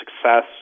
Success